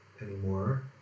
anymore